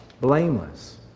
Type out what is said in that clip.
blameless